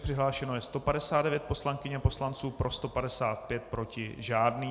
Přihlášeno je 159 poslankyň a poslanců, pro 155, proti žádný.